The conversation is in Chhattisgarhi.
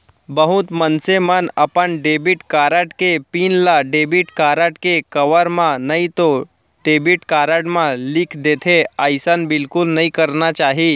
बहुत मनसे मन अपन डेबिट कारड के पिन ल डेबिट कारड के कवर म नइतो डेबिट कारड म लिख देथे, अइसन बिल्कुल नइ करना चाही